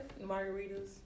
Margaritas